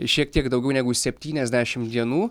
šiek tiek daugiau negu septyniasdešim dienų